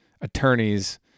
attorneys